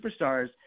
superstars